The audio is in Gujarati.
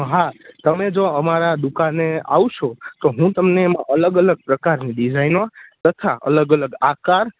હા તમે જો અમારા દુકાને આવશો તો હું તમને એમાં અલગ અલગ પ્રકારની ડિઝાઈનો તથા અલગ અલગ આકાર